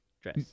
dress